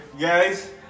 guys